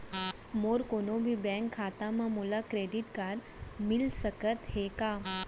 मोर कोनो भी बैंक खाता मा मोला डेबिट कारड मिलिस सकत हे का?